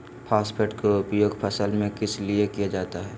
Phosphate की उपयोग फसल में किस लिए किया जाता है?